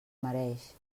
mereix